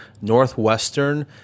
Northwestern